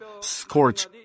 scorch